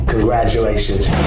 Congratulations